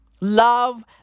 Love